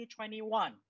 2021